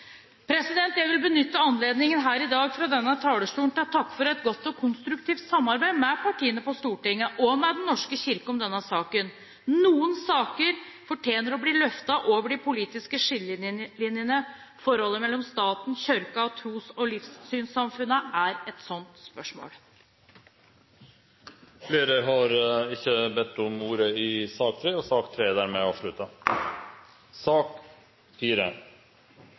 Jeg vil benytte anledningen her i dag – fra denne talerstolen – til å takke for et godt og konstruktivt samarbeid med partiene på Stortinget og med Den norske kirke om denne saken. Noen saker fortjener å bli løftet over de politiske skillelinjene – forholdet mellom staten, Kirken og de øvrige tros- og livssynssamfunnene er et sånt spørsmål. Flere har ikke bedt om ordet til sak nr. 3. Etter ønske fra kommunal- og